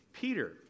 Peter